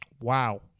Wow